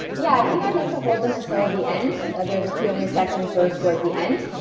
yeah, i think i'd like to hold them until the end there's a q and a section sort of towards the end,